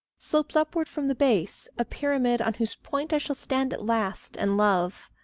slopes upward from the base, a pyramid, on whose point i shall stand at last, and love.